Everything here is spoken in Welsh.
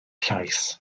llais